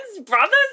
brother's